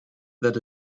that